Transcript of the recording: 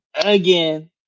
again